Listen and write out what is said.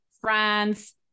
France